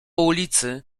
ulicy